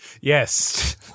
Yes